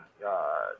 God